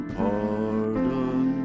pardon